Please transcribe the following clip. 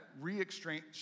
re-exchange